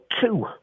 two